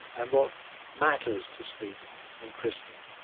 and what matters to stephen and krista,